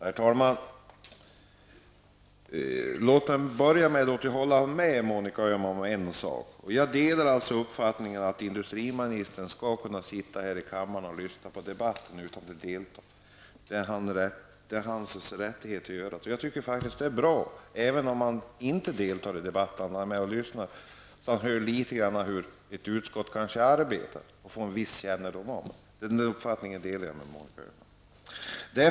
Herr talman! Låt mig börja med att hålla med Monica Öhman om en sak. Jag delar uppfattningen att industriministern skall kunna sitta här i kammaren och lyssna på debatten utan att delta. Det är hans rättighet att göra det. Jag tycker att det är bra, även om han inte deltar i debatten, att han är med och lyssnar, så att han hör litet grand om hur ett utskott arbetar och får en viss kännedom om det.